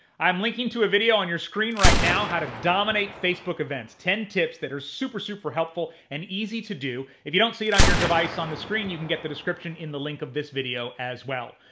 i'm linking to a video on your screen right now how to dominate facebook events. ten tips that are super, super helpful and easy to do. if you don't see it on your device on this screen, you can get the description in the link of this video as well.